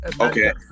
okay